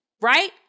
right